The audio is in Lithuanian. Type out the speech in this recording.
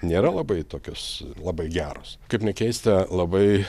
nėra labai tokios labai geros kaip ne keista labai